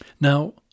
Now